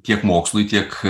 tiek mokslui tiek